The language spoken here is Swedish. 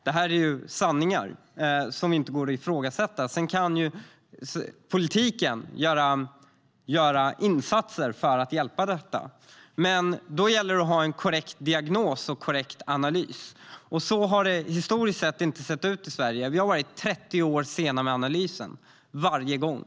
Det här är sanningar som inte går att ifrågasätta. Politiken kan göra insatser för att avhjälpa detta, men då gäller det att ha en korrekt diagnos och en korrekt analys, och så har det historiskt sett inte sett ut i Sverige. Vi har varit 30 år sena med analysen - varje gång.